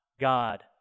God